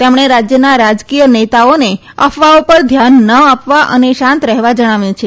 તેમણે રાજયના રાજકીય નેતાઓને અફવાઓ પર ધ્યાન ના આપવા અને શાંત રહેવા જણાવ્યું છે